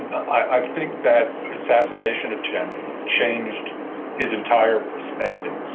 i think that assassination attempt changed his entire perspective.